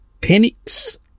Penix